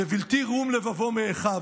"לבלתי רום לבבו מאחיו",